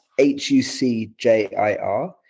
HUCJIR